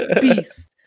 beast